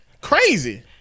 crazy